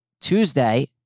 Tuesday